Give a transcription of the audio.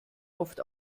oft